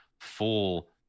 full